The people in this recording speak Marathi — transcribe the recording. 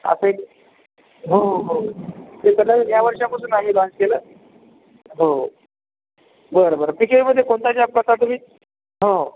असं एक हो हो ते सगळं ह्या वर्षापासून आम्ही लॉंच केलं हो बरं बरं पी के व्हीमधे कोणता जॉब करता तुम्ही हो